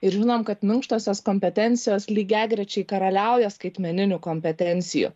ir žinom kad minkštosios kompetencijos lygiagrečiai karaliauja skaitmeninių kompetencijų